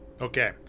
okay